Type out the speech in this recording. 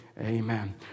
Amen